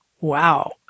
Wow